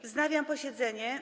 Wznawiam posiedzenie.